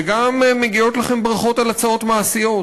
וגם מגיעות לכם ברכות על הצעות מעשיות,